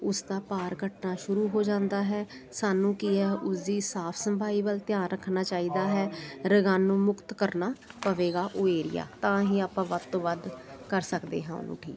ਉਸ ਦਾ ਭਾਰ ਘਟਣਾ ਸ਼ੁਰੂ ਹੋ ਜਾਂਦਾ ਹੈ ਸਾਨੂੰ ਕੀ ਹੈ ਉਸਦੀ ਸਾਫ਼ ਸੰਭਾਈ ਵੱਲ ਧਿਆਨ ਰੱਖਣਾ ਚਾਹੀਦਾ ਹੈ ਰੋਗਾਣੂ ਮੁਕਤ ਕਰਨਾ ਪਵੇਗਾ ਉਹ ਏਰੀਆ ਤਾਂ ਹੀ ਆਪਾਂ ਵੱਧ ਤੋਂ ਵੱਧ ਕਰ ਸਕਦੇ ਹਾਂ ਉਹਨੂੰ ਠੀਕ